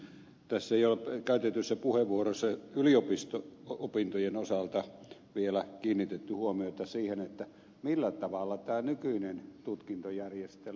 tässä jo käytetyissä puheenvuoroissa on yliopisto opintojen osalta vielä kiinnitetty huomiota siihen millä tavalla tämä nykyinen tutkintojärjestelmä on rakennettu